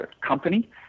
company